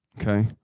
Okay